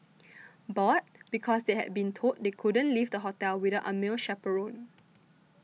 bored because they had been told they couldn't leave the hotel without a male chaperone